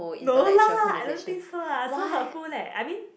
no lah I don't think so lah so her phone leh I mean